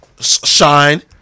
Shine